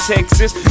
Texas